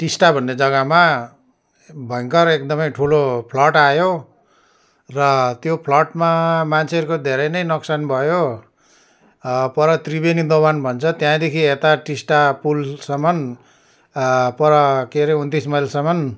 टिस्टा भन्ने जगामा भयङ्कर एकदमै ठुलो फ्लड आयो र त्यो फ्लडमा मान्छेहरूको धेरै नै नोक्सान भयो पर त्रिवेनी दोभान भन्छ त्याँदेखि यता टिस्टा पुलसम्म पर के अरे उन्तिस मइलसम्म